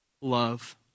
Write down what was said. love